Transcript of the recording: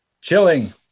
Chilling